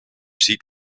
seat